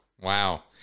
Wow